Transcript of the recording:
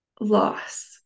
loss